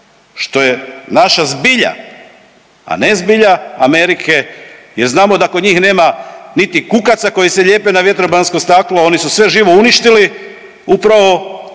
što je naša zbilja, a ne zbilja Amerike jer znamo da kod njih nema niti kukaca na vjetrobransko staklo oni su sve živo uništili upravo